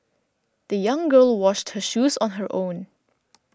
the young girl washed her shoes on her own